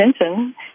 attention